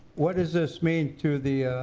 what does this mean to the